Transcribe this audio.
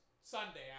Sunday